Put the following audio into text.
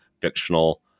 fictional